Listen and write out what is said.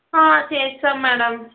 చేస్తాం మ్యాడమ్